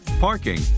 parking